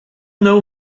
know